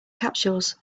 capsules